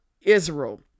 Israel